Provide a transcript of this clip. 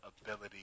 ability